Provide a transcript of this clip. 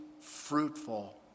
fruitful